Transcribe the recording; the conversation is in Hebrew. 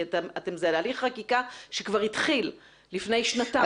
כי זה הליך חקיקה שכבר התחיל לפני שנתיים.